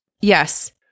Yes